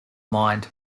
mind